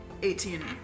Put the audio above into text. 18